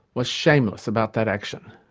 was shameless about that action.